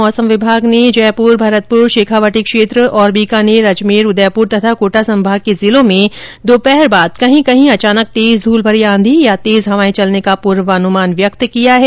मौसम विभाग ने आज जयपुर भरतपुर शेखावाटी क्षेत्र और बीकानेर अजमेर उदयपुर तथा कोटा संभाग के जिलों में दोपहर के बाद कहीं कहीं अचानक तेज धूल भरी आंधी या तेज हवाएं चलने का पूर्वानुमान व्यक्त किया है